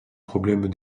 problèmes